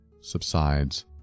subsides